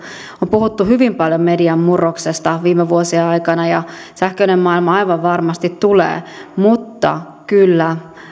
on puhuttu hyvin paljon median murroksesta viime vuosien aikana ja sähköinen maailma aivan varmasti tulee mutta kyllä